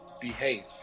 behave